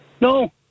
No